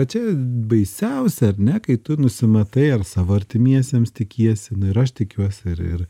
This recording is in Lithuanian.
va čia baisiausia ar ne kai tu nusimatai ar savo artimiesiems tikiesi nu ir aš tikiuosi ir ir